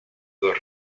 dos